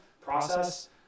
process